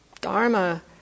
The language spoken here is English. Dharma